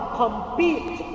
compete